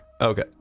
okay